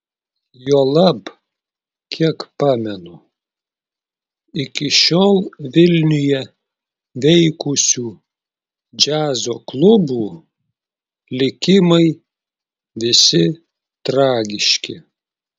juolab kiek pamenu iki šiol vilniuje veikusių džiazo klubų likimai visi tragiški